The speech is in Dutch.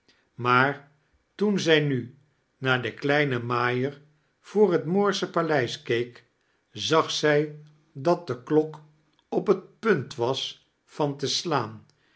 maar toen zij nu naar den kleinen maaier voor het moorsche paleis keek zag zij dat de klok op het punt was van te slaan